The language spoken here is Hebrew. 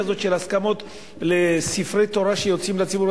הזו של הסכמות לספרי תורה שיוצאים לציבור,